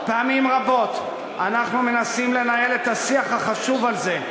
פעמים רבות אנחנו מנסים לנהל את השיח החשוב על זה,